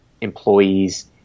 employees